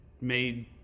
made